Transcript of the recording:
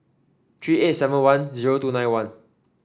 three eight seven one zero two nine one